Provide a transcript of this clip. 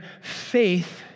faith